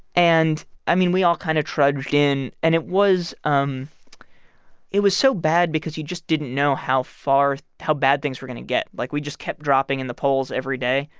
and i mean, we all kind of trudged in. and it was um it was so bad because you just didn't know how far, how bad things were going to get. like, we just kept dropping in the polls every day.